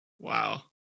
Wow